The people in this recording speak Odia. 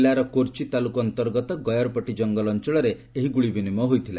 ଜିଲ୍ଲାର କୋର୍ଚି ତାଲୁକ ଅନ୍ତର୍ଗତ ଗୟର୍ପଟି କଙ୍ଗଲ ଅଞ୍ଚଳରେ ଏହି ଗ୍ରଳି ବିନିମୟ ହୋଇଥିଲା